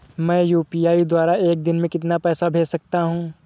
मैं यू.पी.आई द्वारा एक दिन में कितना पैसा भेज सकता हूँ?